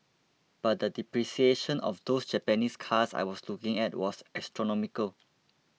but the depreciation of those Japanese cars I was looking at was astronomical